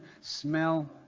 Smell